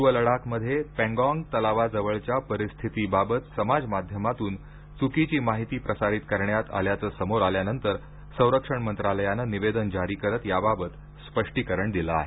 पूर्व लडाख मध्ये पेंगॉंग तलावा जवळच्या परिस्थितीबाबत समाज माध्यमातून चूकीची माहिती प्रसारित करण्यात आल्याचं समोर आल्यानंतर संरक्षण मंत्रालयानं निवेदन जारी करत याबाबत स्पष्टीकरण दिलं आहे